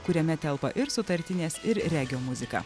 kuriame telpa ir sutartinės ir regio muzika